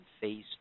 phase